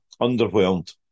underwhelmed